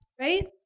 right